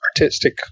artistic